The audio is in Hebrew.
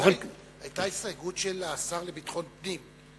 היתה הסתייגות של השר לביטחון פנים.